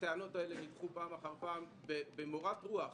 הטענות האלה נדחו פעם אחר פעם עלי לציין: גם גב מורת רוח